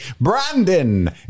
Brandon